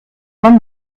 man